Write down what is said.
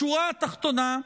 בשורה התחתונה,